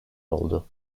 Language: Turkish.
oldu